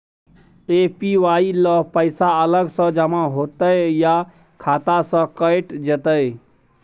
APY ल पैसा अलग स जमा होतै या खाता स कैट जेतै?